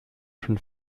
schon